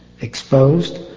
exposed